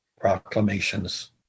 proclamations